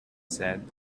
said